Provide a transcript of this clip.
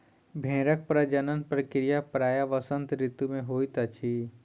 भेड़क प्रजनन प्रक्रिया प्रायः वसंत ऋतू मे होइत अछि